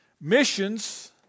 missions